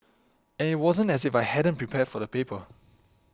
and it wasn't as if I hadn't prepared for the paper